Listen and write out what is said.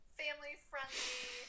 family-friendly